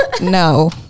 No